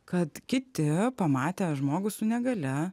kad kiti pamatę žmogų su negalia